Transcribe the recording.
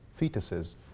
fetuses